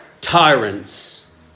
tyrants